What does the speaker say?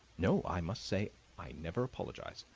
no i must say i never apologize.